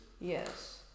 Yes